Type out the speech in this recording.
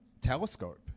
telescope